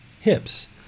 hips